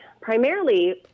primarily